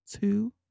Two